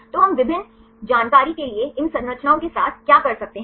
तो हम विभिन्न जानकारी के लिए इन संरचनाओं के साथ क्या कर सकते हैं